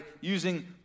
using